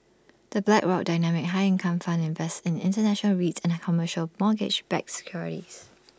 the Blackrock dynamic high income fund invests in International REITs and commercial mortgage backed securities